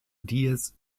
diez